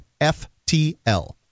FTL